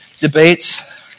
Debates